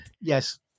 Yes